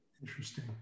Interesting